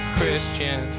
Christian